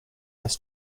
this